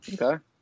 Okay